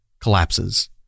collapses